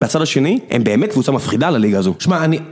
בצד השני, הם באמת קבוצה לליגה הזו. שמע, אני...